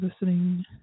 listening